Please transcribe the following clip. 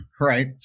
right